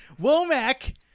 Womack